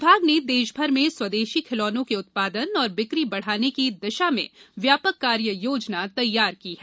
विभाग ने देश भर में स्वदेशी खिलौनों के उत्पादन और बिक्री बढ़ाने की दिशा में व्यापक कार्य योजना तैयार की है